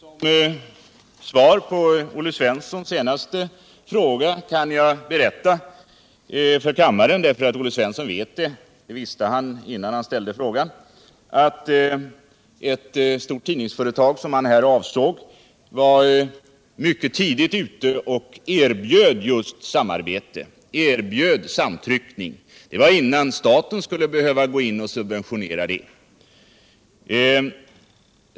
Herr talman! Som svar på Olle Svenssons senaste fråga kan jag berätta för kammaren — och Olle Svensson vet det; han visste det innan han ställde frågan — att ett stort tidningsföretag som han här avsåg var mycket tidigt ute och erbjöd just samarbete, erbjöd samtryckning. Det var innan staten skulle behöva gå in och subventionera.